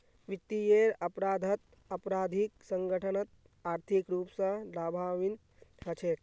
वित्तीयेर अपराधत आपराधिक संगठनत आर्थिक रूप स लाभान्वित हछेक